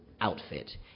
outfit